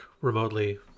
remotely